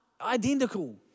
identical